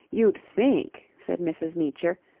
you'd think, said mrs. meecher,